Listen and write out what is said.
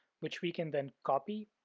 which we can then copy,